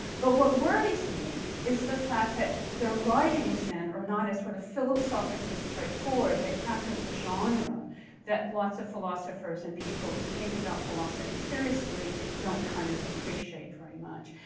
but what worries me is the fact that their writings, then, are not as sort of philosophically straightforward. they practice a genre that lots of philosophers and people who think about philosophy seriously don't kind of appreciate very much.